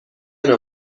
نوع